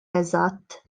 eżatt